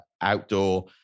outdoor